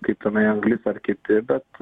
kaip tenai anglis ar kiti bet